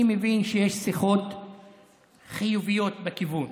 אני מבין שיש שיחות חיוביות בכיוון.